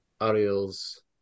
Ariel's